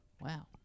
Wow